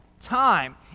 time